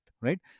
Right